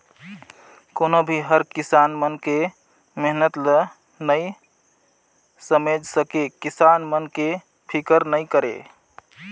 कोनो भी हर किसान मन के मेहनत ल नइ समेझ सके, किसान मन के फिकर नइ करे